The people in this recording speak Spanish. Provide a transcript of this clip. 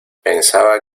pensaba